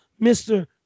Mr